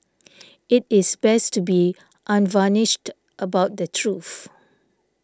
it is best to be unvarnished about the truth